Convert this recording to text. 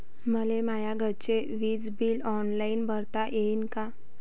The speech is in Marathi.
मले माया घरचे विज बिल ऑनलाईन भरता येईन का?